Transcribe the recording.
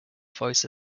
voice